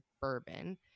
bourbon